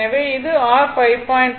எனவே இது r 5